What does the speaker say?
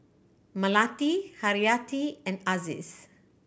Melati Haryati and Aziz